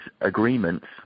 agreements